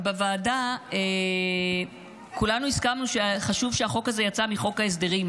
בוועדה כולנו הסכמנו שחשוב שהחוק הזה יצא מחוק ההסדרים,